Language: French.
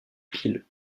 pile